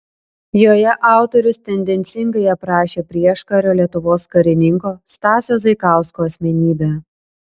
joje autorius tendencingai aprašė prieškario lietuvos karininko stasio zaikausko asmenybę